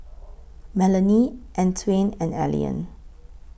Melany Antwain and Allean